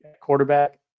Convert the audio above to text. quarterback